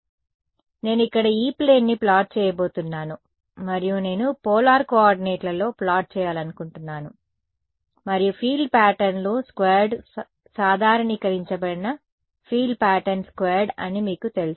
కాబట్టి నేను ఇక్కడ E ప్లేన్ని ప్లాట్ చేయబోతున్నాను మరియు నేను పోలార్ కోఆర్డినేట్లలో ప్లాట్ చేయాలనుకుంటున్నాను మరియు ఫీల్డ్ ప్యాటర్న్లు స్క్వేర్డ్ సాధారణీకరించబడిన ఫీల్డ్ ప్యాటర్న్ స్క్వేర్డ్ అని మీకు తెలుసు